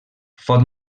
fou